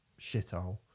shithole